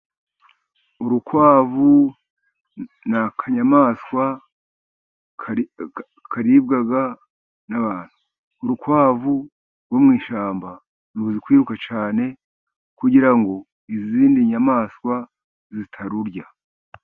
Urukwavu ni akanyamaswa karibwa n'abantu, urukwavu rwo mu ishyamba ruzi kwiruka cyane ,kugira ngo izindi nyamaswa zitarurya.